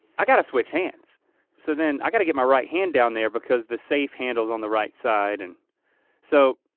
i gotta switch hands so then i gotta get my right hand down there because the safe handle's on the right side and so,